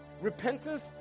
Repentance